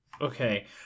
Okay